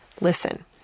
listen